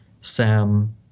Sam